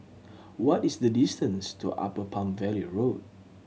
what is the distance to Upper Palm Valley Road